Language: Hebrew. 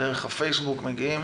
מגיעים